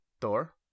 thor